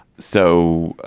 so,